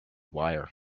wire